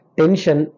tension